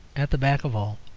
at the back of all,